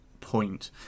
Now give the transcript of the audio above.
point